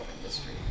industry